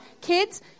kids